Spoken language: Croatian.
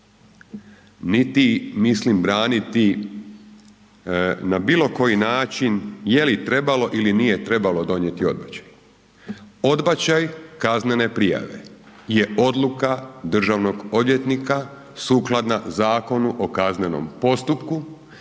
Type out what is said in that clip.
niti mislim braniti na bilokoji način je li trebalo ili nije trebalo donijeti odbačaj. Odbačaj kaznene prijave je odluka državnog odvjetnika sukladna Zakonu o kaznenom postupku,